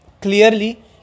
clearly